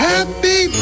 Happy